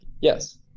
yes